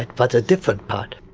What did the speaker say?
but a different part.